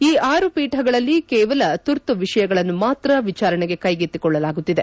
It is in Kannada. ಈ ಆರು ಪೀಠಗಳಲ್ಲಿ ಕೇವಲ ತುರ್ತು ವಿಷಯಗಳನ್ನು ಮಾತ್ರ ವಿಚಾರಣೆಗೆ ಕೈಗೆತ್ತಿಕೊಳ್ಳಲಾಗುತ್ತಿದೆ